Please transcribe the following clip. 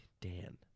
Dan